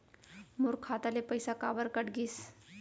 मोर खाता ले पइसा काबर कट गिस?